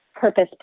purpose